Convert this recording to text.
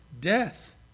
death